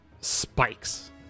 spikes